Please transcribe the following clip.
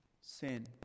sin